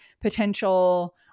potential